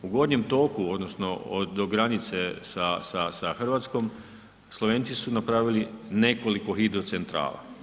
U gornjem toku, odnosno do granice sa Hrvatskom, Slovenci su napravili nekoliko hidrocentrala.